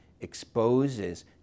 exposes